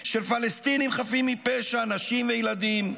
של פלסטינים חפים מפשע, נשים וילדים,